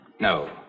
No